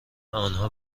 آنها